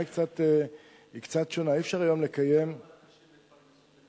כמה אנשים מתפרנסים עכשיו מחקלאות?